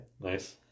Nice